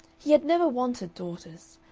he had never wanted daughters.